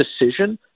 decision